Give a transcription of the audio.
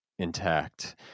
intact